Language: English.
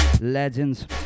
Legends